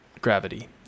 gravity